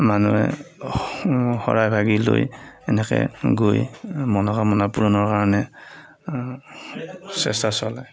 মানুহে শৰাইভাগি লৈ এনেকে গৈ মনোকামনা পূৰণৰ কাৰণে চেষ্টা চলায়